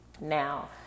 now